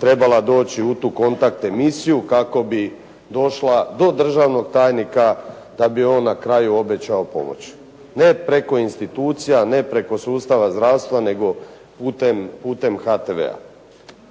trebala doći u tu kontakt emisiju kako bi došla do državnog tajnika da bi joj on na kraju obećao pomoći. Ne preko institucija, ne preko sustava zdravstva nego putem HTV-a.